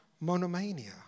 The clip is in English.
monomania